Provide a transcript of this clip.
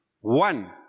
One